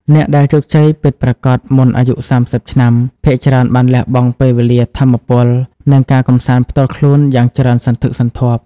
អ្នកដែលជោគជ័យពិតប្រាកដមុនអាយុ ៣០ ឆ្នាំ ភាគច្រើនបានលះបង់ពេលវេលា ថាមពល និងការកម្សាន្តផ្ទាល់ខ្លួនយ៉ាងច្រើនសន្ធឹកសន្ធាប់។